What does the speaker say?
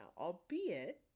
albeit